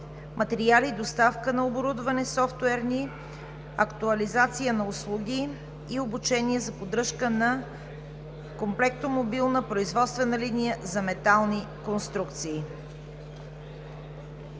„Материали, доставка на оборудване, софтуерни актуализации, услуги и обучение за поддръжка на Комплектомобилна производствена линия за метални конструкции